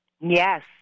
Yes